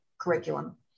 curriculum